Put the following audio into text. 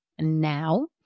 now